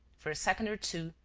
for a second or two,